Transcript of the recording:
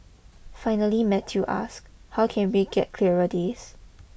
finally Matthew asks how can we get clearer days